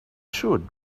should